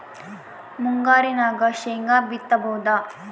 ಮುಂಗಾರಿನಾಗ ಶೇಂಗಾ ಬಿತ್ತಬಹುದಾ?